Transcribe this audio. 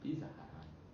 pizza hut [one]